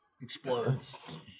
Explodes